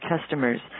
customers